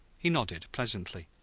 he nodded pleasantly.